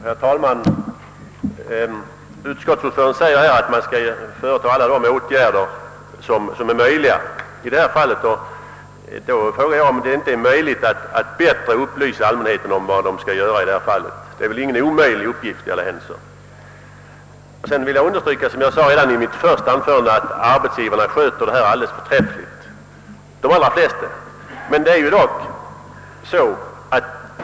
Herr talman! Utskottets talesman säger att alla de åtgärder som är möjliga att vidtaga i detta hänseende bör vidtagas. Då frågar jag om det inte är möjligt att bättre upplysa medborgarna om vad de skall göra härvidlag. Det är väl i alla händelser ingen omöjlig uppgift. Jag vill också understryka vad jag sade i mitt första anförande, nämligen att de allra flesta arbetsgivare sköter skatteinbetalningen alldeles förträffligt.